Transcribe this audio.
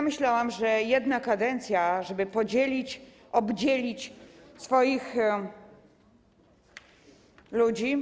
Myślałam, że wystarczy jedna kadencja, żeby podzielić, obdzielić swoich ludzi.